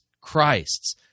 Christs